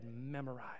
memorized